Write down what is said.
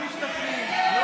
לא משתתפים.